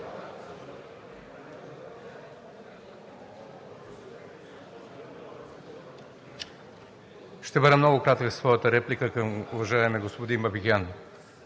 Ще бъда много кратък в своята реплика към уважаемия господин Бабикян.